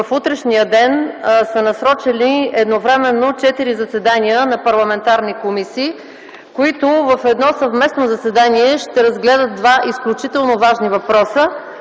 в утрешния ден е насрочено заседание на четири парламентарни комисии, които в едно съвместно заседание ще разгледат два изключително важни въпроса,